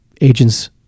agents